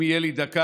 אם תהיה לי דקה,